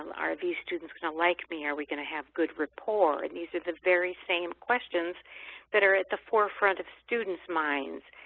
are these students going to like me? are we going to have good rapport? and these are the very same questions that are at the forefront of students' minds.